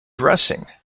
dressing